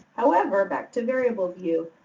however, back to variable view,